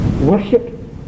Worship